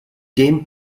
dem